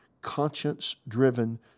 conscience-driven